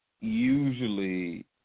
usually